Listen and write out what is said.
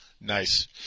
Nice